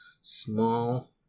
small